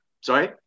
sorry